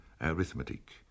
arithmetic